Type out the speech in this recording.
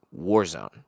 Warzone